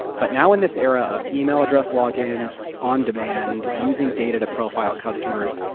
but now in this era of email address logins on demand, using data to profile customers,